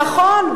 נכון.